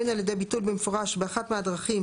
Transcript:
בין על ידי ביטול במפורש באחת מהדרכים